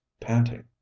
panting